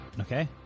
Okay